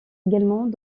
également